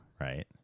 Right